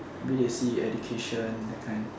maybe they see education that kind